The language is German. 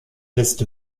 liszt